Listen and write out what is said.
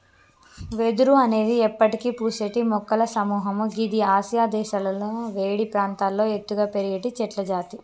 వెదురు అనేది ఎప్పటికి పూసేటి మొక్కల సముహము గిది ఆసియా దేశాలలో వేడి ప్రాంతాల్లో ఎత్తుగా పెరిగేటి చెట్లజాతి